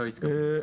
סיעת